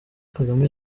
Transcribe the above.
kagame